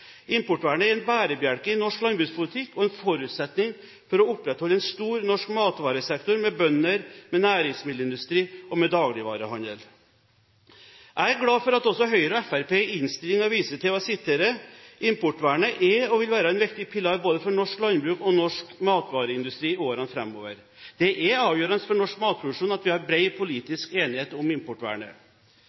Importvernet er en bærebjelke i norsk landbrukspolitikk og en forutsetning for å opprettholde en stor norsk matvaresektor med bønder, næringsmiddelindustri og dagligvarehandel. Jeg er glad for at også Høyre og Fremskrittspartiet i innstillingen viser til at «importvernet er og vil være en viktig pilar både for norsk landbruk og norsk matvareindustri i årene fremover.» Det er avgjørende for norsk matproduksjon at vi har bred politisk enighet om importvernet.